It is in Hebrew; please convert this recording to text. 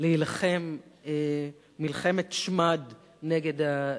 להילחם מלחמת שמד נגד הגזענות.